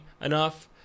enough